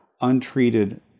untreated